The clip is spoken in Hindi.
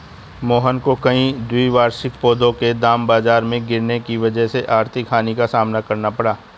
मोहन को कई द्विवार्षिक पौधों के दाम बाजार में गिरने की वजह से आर्थिक हानि का सामना करना पड़ा